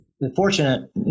unfortunate